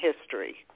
history